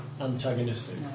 Antagonistic